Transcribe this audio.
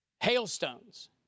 hailstones